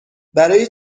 برای